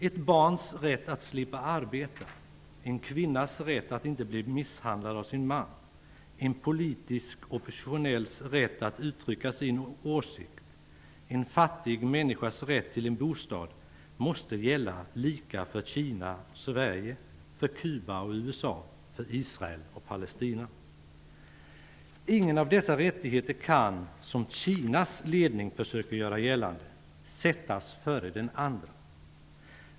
Ett barns rätt att slippa arbeta, en kvinnas rätt att inte bli misshandlad av sin man, en politiskt oppositionells rätt att uttrycka sin åsikt och en fattig människas rätt till en bostad måste gälla lika för Kina och Ingen av dessa rättigheter kan -- som Kinas ledning försöker göra gällande -- sättas före den andra.